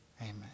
Amen